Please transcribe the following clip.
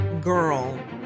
girl